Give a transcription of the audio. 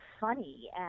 funny